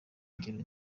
ingero